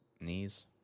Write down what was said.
knees